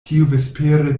tiuvespere